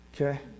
okay